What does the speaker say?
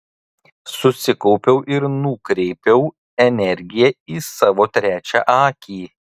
susikaupiau ir nukreipiau energiją į savo trečią akį